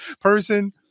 person